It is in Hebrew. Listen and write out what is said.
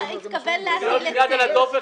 הוא לא התכוון להטיל היטל,